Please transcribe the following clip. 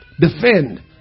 Defend